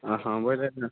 ଓ ହଁ ବଇଲେ